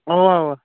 اَوا اَوا